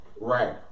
right